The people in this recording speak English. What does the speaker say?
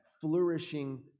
flourishing